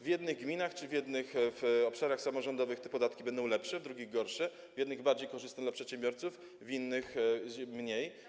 W jednych gminach czy na jednych obszarach samorządowych te podatki będą lepsze, w drugich gorsze, w jednych bardziej korzystne dla przedsiębiorców, w innych mniej.